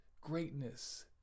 greatness